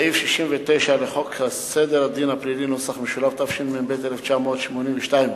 סעיף 69 לחוק סדר הדין הפלילי , התשמ"ב 1982,